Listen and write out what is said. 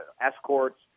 escorts